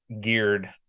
geared